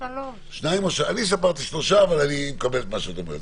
אני מבקש לומר את הנקודות